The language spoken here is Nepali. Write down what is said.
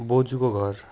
बोजूको घर